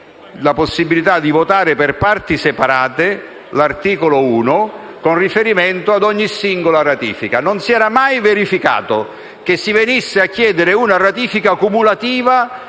la possibilità di votare per parti separate l'articolo 1, così da votare ogni singola ratifica. Non si era mai verificato che si venisse a chiedere una ratifica cumulativa